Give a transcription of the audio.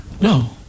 No